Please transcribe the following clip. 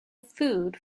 food